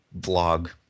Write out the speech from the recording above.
vlog